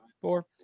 four